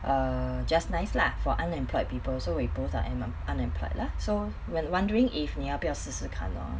err just nice lah for unemployed people so we both are unemployed lah so when wondering if 你要不要试试看 lor